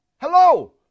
Hello